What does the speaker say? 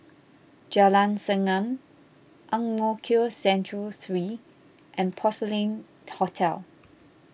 Jalan Segam Ang Mo Kio Central three and Porcelain Hotel